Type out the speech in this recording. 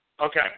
Okay